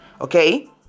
Okay